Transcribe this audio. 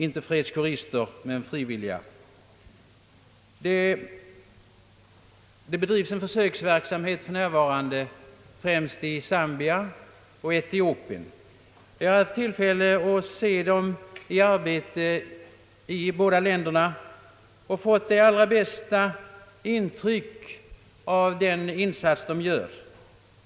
Det bedrivs f.n. försöksverksamhet främst i Zambia och i Etiopien. Jag har haft tillfälle att se dessa frivilliga i arbete i båda dessa länder och fått det allra bästa intryck av den insats de gör.